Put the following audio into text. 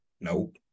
Nope